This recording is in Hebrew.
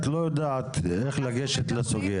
את לא יודעת איך לגשת לסוגיה.